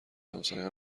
همساین